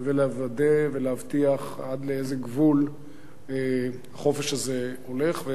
ולוודא ולהבטיח עד איזה גבול החופש הזה הולך.